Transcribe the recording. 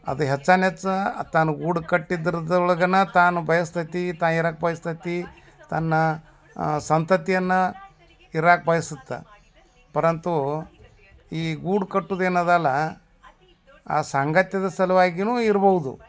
ಅದು ಹೆಚ್ಚಾನೆಚ್ಚು ತನ್ನ ಗೂಡು ಕಟ್ಟಿದ್ರದ್ದು ಒಳಗ ತಾನು ಬಯಸ್ತತೀ ತಾ ಇರಕ್ಕೆ ಬಯಸ್ತತೀ ತನ್ನ ಸಂತತಿಯನ್ನು ಇರಕ್ಕೆ ಬಯ್ಸುತ್ತೆ ಪರಂತು ಈ ಗೂಡು ಕಟ್ಟೋದೇನ್ ಇದೇಲ್ಲ ಆ ಸಾಂಗತ್ಯದ ಸಲುವಾಗ್ಯು ಇರ್ಬೌದು